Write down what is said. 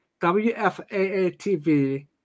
WFAA-TV